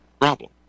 problem